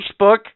Facebook